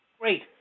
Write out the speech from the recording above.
Great